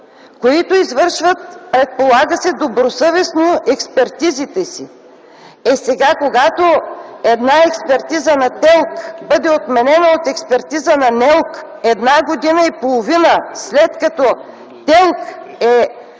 които извършват, предполага се, добросъвестно експертизите си. Е, сега, когато една експертиза на ТЕЛК бъде отменена от експертиза на НЕЛК, една година и половина след като ТЕЛК е